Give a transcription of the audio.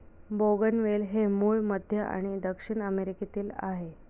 बोगनवेल हे मूळ मध्य आणि दक्षिण अमेरिकेतील आहे